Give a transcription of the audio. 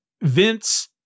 Vince